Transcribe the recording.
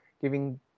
giving